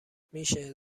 میشه